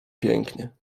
pięknie